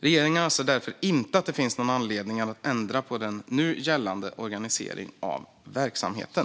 Regeringen anser därför inte att det finns någon anledning att ändra på den nu gällande organiseringen av verksamheten.